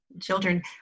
Children